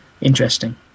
interesting